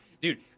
Dude